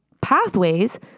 pathways